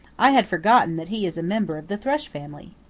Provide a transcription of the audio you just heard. i had forgotten that he is a member of the thrush family.